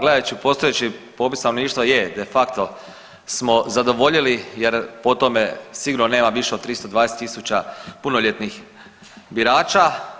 Gledajući postojeći popis stanovništva je de facto smo zadovoljili jer po tome sigurno nema više od 320 000 punoljetnih birača.